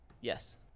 yes